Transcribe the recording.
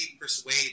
persuade